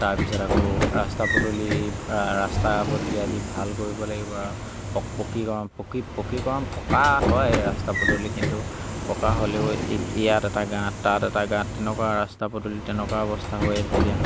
তাৰপিছত আকৌ ৰাস্তা পদূলি ৰা ৰাস্তা পদূলি আদি ভাল কৰিব লাগিব আৰু প পকীকৰণ পকী পকীকৰণ পকা হয় ৰাস্তা পদূলি কিন্তু পকা হ'লেও এই ইয়াত এটা গাঁত তাঁত এটা গাঁত তেনেকুৱা ৰাস্তা পদূলি তেনেকুৱা অৱস্থা হৈ আছে এতিয়া